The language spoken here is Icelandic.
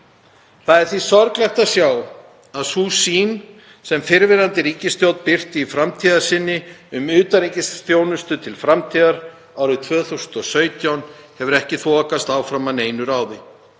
Það er því sorglegt að sjá að sú sýn sem fyrrverandi ríkisstjórn birti í framtíðarsýninni um utanríkisþjónustu til framtíðar árið 2017 hefur ekki þokast áfram að neinu ráði.